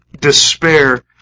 despair